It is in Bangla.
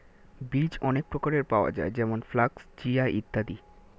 বীজ অনেক প্রকারের পাওয়া যায় যেমন ফ্ল্যাক্স, চিয়া ইত্যাদি